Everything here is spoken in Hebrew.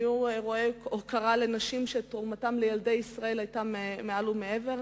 היו אירועי הוקרה לנשים שתרומתן לילדי ישראל היתה מעל ומעבר.